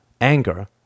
anger